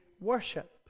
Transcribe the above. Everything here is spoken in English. worship